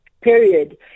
period